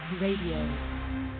Radio